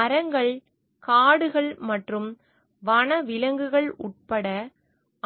மரங்கள் காடுகள் மற்றும் வனவிலங்குகள் உட்பட